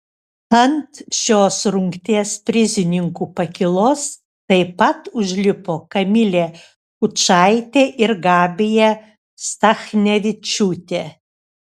ant šios rungties prizininkų pakylos taip pat užlipo kamilė kučaitė ir gabija stachnevičiūtė